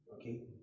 okay